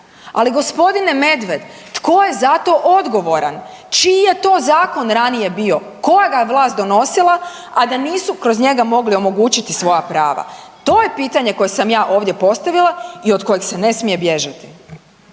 Ali gospodine Medved, tko je za to odgovoran? Čiji je to zakon ranije bio? Koja ga je vlast donosila a da nisu kroz njega mogli omogućiti svoja prava. To je pitanje koje sam ja ovdje postavila i od kojeg se ne smije bježati.